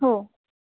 हो